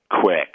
quick